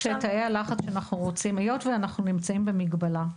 היות שאנחנו נמצאים במגבלה,